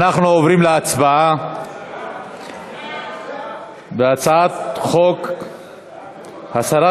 אנחנו עוברים להצבעה על הצעת חוק הסרת